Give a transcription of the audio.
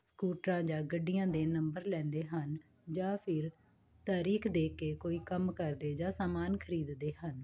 ਸਕੂਟਰਾਂ ਜਾਂ ਗੱਡੀਆਂ ਦੇ ਨੰਬਰ ਲੈਂਦੇ ਹਨ ਜਾਂ ਫਿਰ ਤਰੀਕ ਦੇਖ ਕੇ ਕੋਈ ਕੰਮ ਕਰਦੇ ਜਾਂ ਸਮਾਨ ਖਰੀਦਦੇ ਹਨ